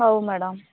ହଉ ମ୍ୟାଡମ